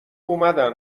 اومدن